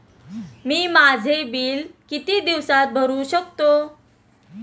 मी माझे बिल किती दिवसांत भरू शकतो?